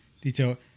detail